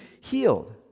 healed